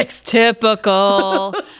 Typical